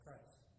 Christ